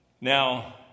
Now